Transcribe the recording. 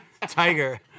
Tiger